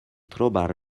trobar